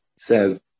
says